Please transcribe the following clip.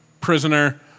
prisoner